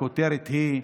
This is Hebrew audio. הכותרת היא: